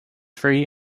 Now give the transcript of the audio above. free